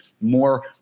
more